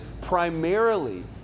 primarily